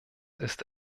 ist